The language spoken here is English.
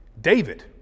David